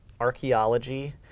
archaeology